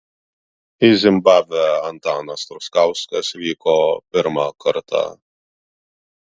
į zimbabvę antanas truskauskas vyko pirmą kartą